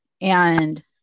and-